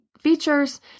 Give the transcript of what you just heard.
features